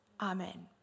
Amen